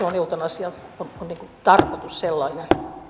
on on eutanasian tarkoitus sellainen